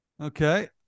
Okay